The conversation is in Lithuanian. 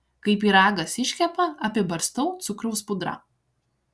kai pyragas iškepa apibarstau cukraus pudra